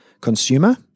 consumer